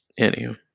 Anywho